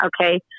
Okay